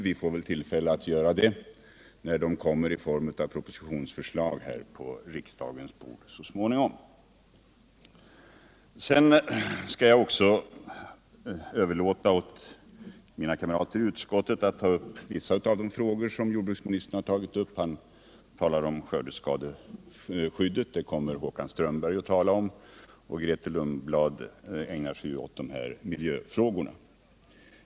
Vi får väl tillfälle att göra det när de så småningom kommer på riksdagens bord i form av propositionsförslag. Jag skall överlåta åt mina kamrater i utskottet att beröra vissa av de frågor som jordbruksministern har tagit upp. Håkan Strömberg kommer att tala om skördeskadeskyddet och Grethe Lundblad kommenterar miljöfrågorna.